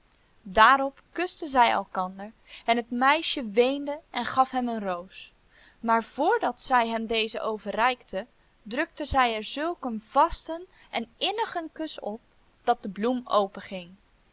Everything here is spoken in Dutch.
daarop kusten zij elkander en het meisje weende en gaf hem een roos maar voordat zij hem deze overreikte drukte zij er zulk een vasten en innigen kus op dat de bloem